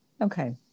okay